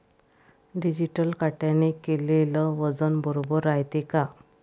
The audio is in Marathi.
डिजिटल काट्याने केलेल वजन बरोबर रायते का?